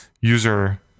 user